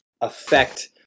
affect